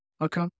Okay